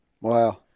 Wow